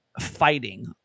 fighting